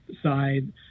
side